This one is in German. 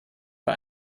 bei